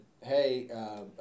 hey